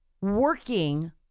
working